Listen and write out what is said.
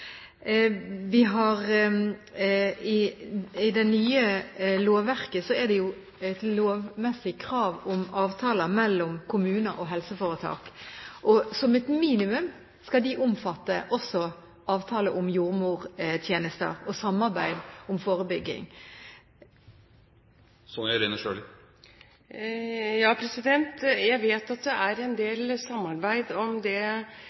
I det nye lovverket er det et lovmessig krav om avtale mellom kommune og helseforetak. Som et minimum skal de omfatte også avtale om jordmortjenester og samarbeid om forebygging. Jeg vet at det er en del samarbeid om det